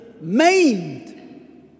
maimed